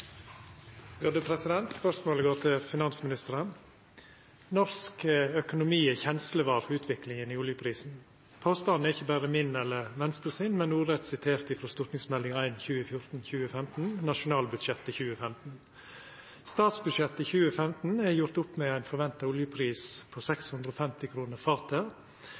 i oljeprisen.» Påstanden er ikkje berre min eller Venstre sin, men er ordrett sitert frå Meld. St. 1 for 2014–2015, Nasjonalbudsjettet 2015. Statsbudsjettet 2015 er gjort opp med ein forventa oljepris på 650 kr fatet,